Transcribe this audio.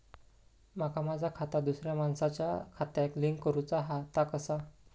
माका माझा खाता दुसऱ्या मानसाच्या खात्याक लिंक करूचा हा ता कसा?